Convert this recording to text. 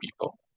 people